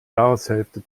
jahreshälfte